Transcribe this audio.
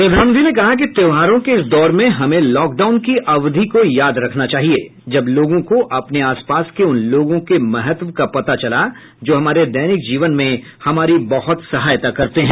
प्रधानमंत्री ने कहा कि त्यौहारों के इस दौर में हमें लॉकडाउन की अवधि को याद रखना चाहिए जब लोगों को अपने आसपास के उन लोगों के महत्व का पता चला जो हमारे दैनिक जीवन में हमारी बहत सहायता करते हैं